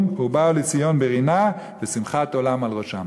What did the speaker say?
ובאו ציון ברינה ושמחת עולם על ראשם.